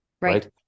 right